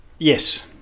yes